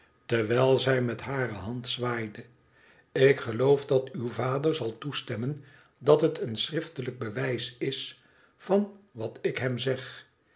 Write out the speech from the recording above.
terwijl zij met hare hand zwaaide ik geloof dat uw vader zal toestemmen dat het een schriftelijk bewijs is van wat ik hem zeg